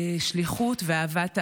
שליחות ואהבת הארץ.